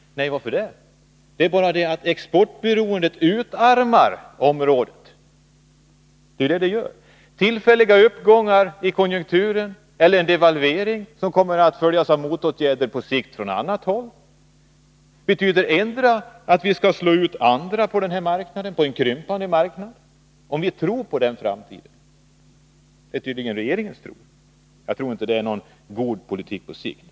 Nej, varför det? Exportberoendet utarmar nämligen området. Tillfälliga uppgångar i konjunkturen eller en devalvering kommer att följas av motåtgärder på sikt från annat håll, vilket betyder att vi skall slå ut andra på den krympande marknaden. Tror vi på den framtiden? Det är tydligen regeringens tro. Jag tror inte att det är någon god politik på sikt.